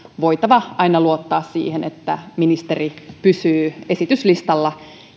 voitava aina luottaa siihen että ministeri pysyy esityslistalla